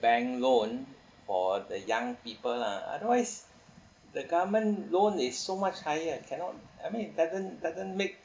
bank loan for the young people lah otherwise the government loan is so much higher cannot I mean it doesn't doesn't make